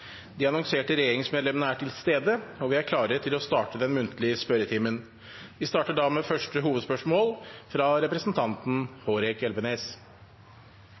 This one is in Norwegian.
De annonserte regjeringsmedlemmene er til stede, og vi er klare til å starte den muntlige spørretimen. Vi starter da med første hovedspørsmål, fra representanten Hårek Elvenes.